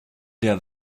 der